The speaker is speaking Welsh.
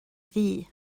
ddu